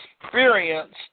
experience